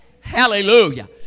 Hallelujah